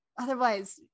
Otherwise